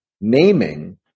naming